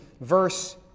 verse